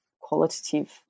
qualitative